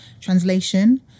Translation